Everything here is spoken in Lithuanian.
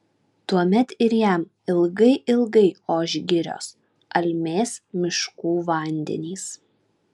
tuomet ir jam ilgai ilgai oš girios almės miškų vandenys